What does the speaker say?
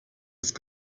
ist